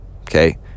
okay